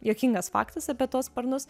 juokingas faktas apie tuos sparnus